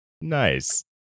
Nice